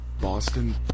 Boston